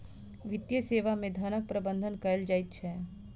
वित्तीय सेवा मे धनक प्रबंध कयल जाइत छै